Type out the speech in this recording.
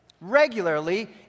Regularly